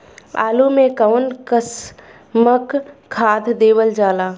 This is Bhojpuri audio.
आलू मे कऊन कसमक खाद देवल जाई?